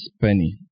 penny